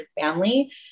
family